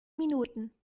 minuten